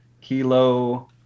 Kilo